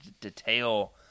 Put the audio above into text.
detail